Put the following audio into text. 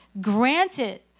granted